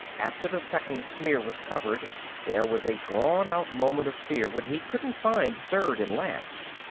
after the second smear was covered there was a drawn out moment of fear when he couldn't find the third and last.